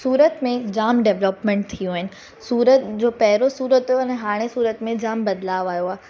सूरत में जाम डेवलपमेंट थी आहियूं आहिनि सूरत जो पहिरियों सूरत ऐं हाणे सूरत में जाम बदलाव आयो आहे